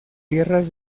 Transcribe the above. tierras